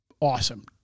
Awesome